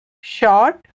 Short